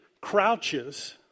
crouches